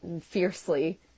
fiercely